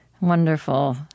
wonderful